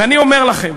ואני אומר לכם